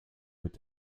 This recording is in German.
mit